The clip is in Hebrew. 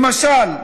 למשל,